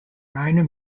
minor